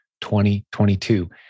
2022